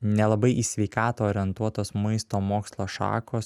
nelabai į sveikatą orientuotos maisto mokslo šakos